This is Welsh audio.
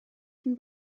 cyn